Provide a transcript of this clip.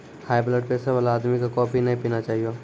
high blood pressure वाला आदमी कॅ कॉफी नय पीना चाहियो